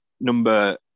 number